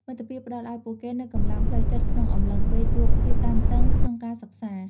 មិត្តភាពផ្តល់ឱ្យពួកគេនូវកម្លាំងផ្លូវចិត្តក្នុងអំឡុងពេលជួបភាពតានតឹងក្នុងការសិក្សា។